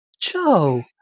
Joe